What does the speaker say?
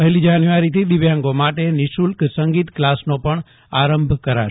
પહેલી જાન્યુઆરીથી દિવ્યાંગો માટે નિશુલ્ક સંગીત ક્લાસનો પણ આરંભ કરાશે